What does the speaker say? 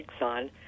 on